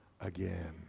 again